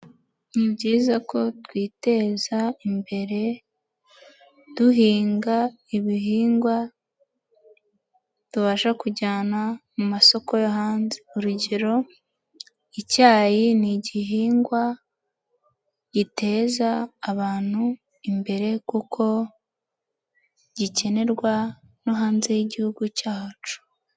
Ni byiza ko twiteza imbere duhinga ibihingwa tubasha kujyana mu masoko yo hanze, urugero icyayi ni igihingwa giteza abantu imbere kuko gikenerwa no hanze y'igihugu cyacu.